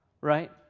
Right